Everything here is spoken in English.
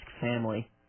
family